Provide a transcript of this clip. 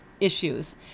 issues